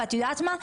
ואת יודעת מה?